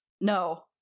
No